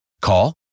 Call